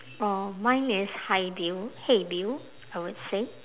oh mine is hi bill !hey! bill I would say